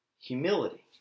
humility